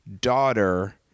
daughter